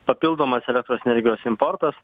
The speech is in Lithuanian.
papildomas elektros energijos importas